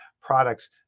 products